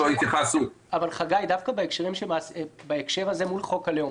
דווקא בהקשר מול הלאום,